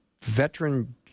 veteran-